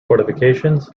fortifications